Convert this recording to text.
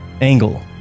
Angle